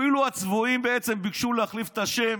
אפילו הצבועים בעצם ביקשו להחליף את השם